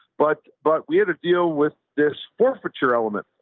but, but we had to deal with this forfeiture element.